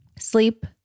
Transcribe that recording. sleep